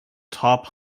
top